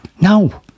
no